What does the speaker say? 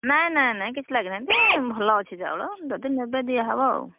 ନାଇ ନାଇ ନାଇ କିଛି ଲାଗିବନି ଯେ ଭଲ ଅଛି ଚାଉଳ ଯଦି ନେବେ ଦିଆହେବ ଆଉ